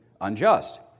unjust